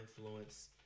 influence